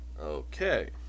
Okay